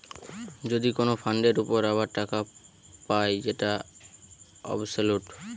যদি কোন ফান্ডের উপর আবার টাকা পায় যেটা অবসোলুট